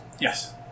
Yes